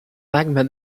magma